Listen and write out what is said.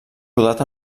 rodat